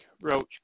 Roach